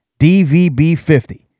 DVB50